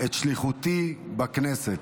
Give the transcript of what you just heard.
את שליחותי בכנסת.